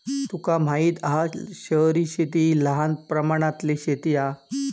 तुका माहित हा शहरी शेती हि लहान प्रमाणातली शेती हा